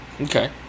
Okay